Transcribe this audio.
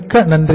மிக்க நன்றி